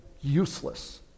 useless